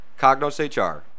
CognosHR